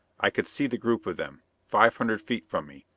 i could see the group of them, five hundred feet from me,